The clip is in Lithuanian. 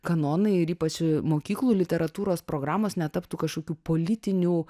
kanonai ir ypač mokyklų literatūros programos netaptų kažkokių politinių